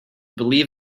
believe